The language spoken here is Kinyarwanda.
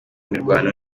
mirwano